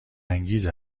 انگیز